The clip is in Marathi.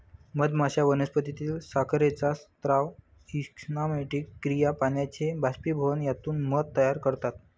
मधमाश्या वनस्पतीतील साखरेचा स्राव, एन्झाइमॅटिक क्रिया, पाण्याचे बाष्पीभवन यातून मध तयार करतात